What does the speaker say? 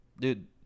Dude